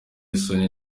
isoni